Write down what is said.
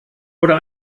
oder